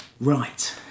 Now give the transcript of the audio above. Right